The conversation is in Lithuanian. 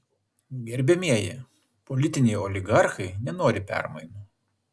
gerbiamieji politiniai oligarchai nenori permainų